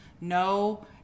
no